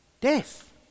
death